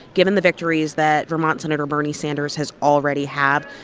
given the victories that vermont senator bernie sanders has already had,